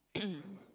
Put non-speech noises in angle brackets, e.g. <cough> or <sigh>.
<coughs>